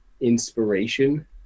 inspiration